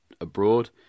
abroad